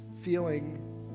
feeling